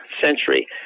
century